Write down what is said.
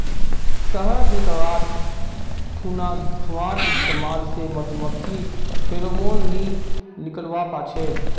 शहद निकाल्वार खुना धुंआर इस्तेमाल से मधुमाखी फेरोमोन नि निक्लुआ पाछे